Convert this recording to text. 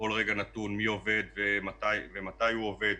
בכל רגע נתון מי עובד ומתי הוא עובד,